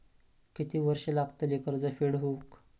किती वर्षे लागतली कर्ज फेड होऊक?